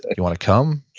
and you want to come?